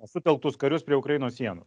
sutelktus karius prie ukrainos sienų